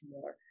more